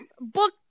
Book